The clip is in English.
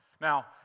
Now